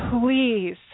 please